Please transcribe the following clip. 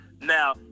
now